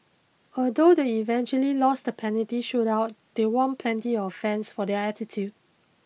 although they eventually lost the penalty shoot out they won plenty of fans for their attitude